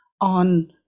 on